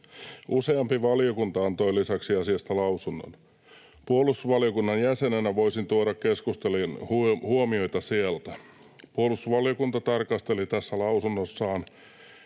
Useampi valiokunta antoi lisäksi asiasta lausunnon. Puolustusvaliokunnan jäsenenä voisin tuoda keskusteluun huomioita sieltä. Puolustusvaliokunta tarkasteli lausunnossaan